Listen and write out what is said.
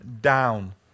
down